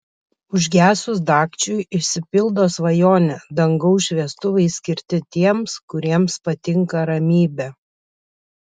užgesus dagčiui išsipildo svajonė dangaus šviestuvai skirti tiems kuriems patinka ramybė